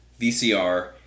VCR